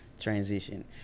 transition